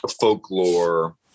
folklore